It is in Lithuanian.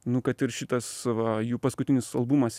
nu kad ir šitas va jų paskutinis albumas